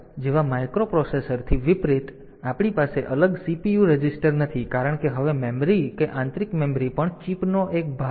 તેથી તમારા 8085 જેવા માઇક્રોપ્રોસેસરથી વિપરીત આપણી પાસે અલગ CPU રજિસ્ટર નથી કારણ કે હવે મેમરી કે આંતરિક મેમરી પણ ચિપનો એક ભાગ છે